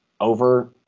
over